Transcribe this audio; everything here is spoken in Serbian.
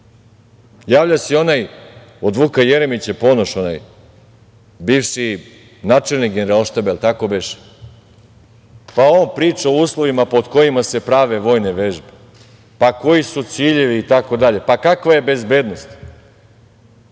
se i onaj od Vuka Jeremića, Ponoš onaj, bivši načelnik Generalštaba, jel tako beše? Pa, on priča o uslovima pod kojima se prave vojne vežbe, pa koji su ciljevi, itd? Pa kakva je bezbednost,